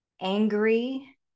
angry